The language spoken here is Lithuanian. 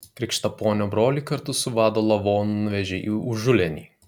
krikštaponio brolį kartu su vado lavonu nuvežė į užulėnį